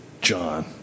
John